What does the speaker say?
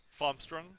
Farmstrong